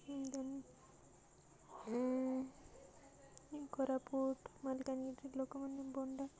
କୋରାପୁଟ ମାଲକାନଗିରି ଲୋକମାନେ ବଣ୍ଡା